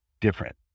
different